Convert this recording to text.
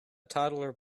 toddler